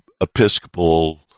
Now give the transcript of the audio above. Episcopal